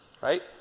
Right